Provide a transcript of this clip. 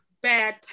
bad